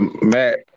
Matt